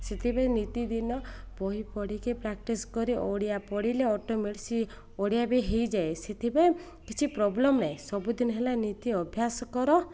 ସେଥିପାଇଁ ନୀତିଦିନ ବହି ପଢ଼ିକି ପ୍ରାକ୍ଟିସ୍ କରି ଓଡ଼ିଆ ପଢ଼ିଲେ ଅଟୋମେଟିକ୍ ଓଡ଼ିଆ ବି ହେଇଯାଏ ସେଥିପାଇଁ କିଛି ପ୍ରୋବ୍ଲେମ୍ ନାହିଁ ସବୁଦିନ ହେଲା ନୀତି ଅଭ୍ୟାସ କର